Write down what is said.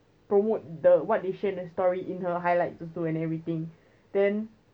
promote the what they say in the story in her highlights also and everything then